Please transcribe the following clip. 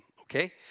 okay